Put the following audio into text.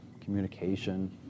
communication